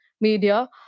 media